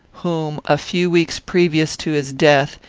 whom, a few weeks previous to his death,